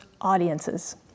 audiences